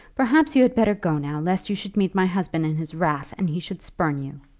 perhaps you had better go now, lest you should meet my husband in his wrath, and he should spurn you.